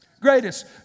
Greatest